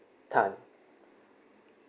tan